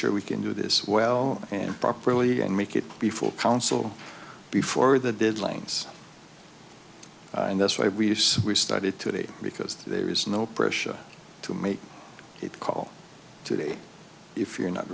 sure we can do this well and properly and make it before counsel before the deadlines and that's why we do so we started today because there is no pressure to make it call today if you're not